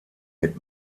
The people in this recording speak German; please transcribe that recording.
mit